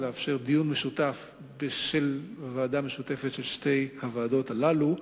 דיון משותף של ועדה משותפת של שתי הוועדות הללו.